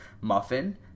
muffin